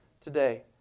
today